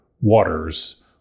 waters